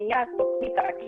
מייד תוכנית על